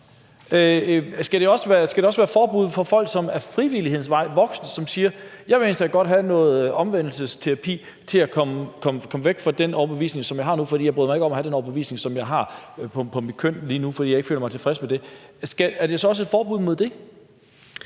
Skal der også være forbud for folk, som ad frivillighedens vej, altså voksne, som siger, at de egentlig godt vil have noget omvendelsesterapi for at komme væk fra den overbevisning, som de har nu, fordi de ikke bryder sig om at have den overbevisning, som de har lige nu, om deres køn, fordi de ikke føler sig tilfredse med det? Er det så også et forbud mod det?